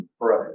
pray